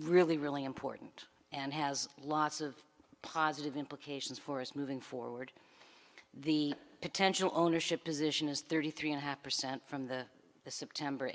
really really important and has lots of positive implications for us moving forward the potential ownership position is thirty three and a half percent from the the september